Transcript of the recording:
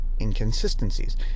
inconsistencies